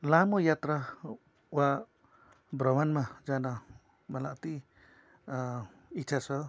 लामो यात्रा वा भ्रमणमा जान मलाई अति इच्छा छ